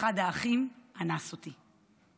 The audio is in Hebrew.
אחד האחים אנס אותי.